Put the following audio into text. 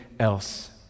else